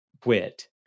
quit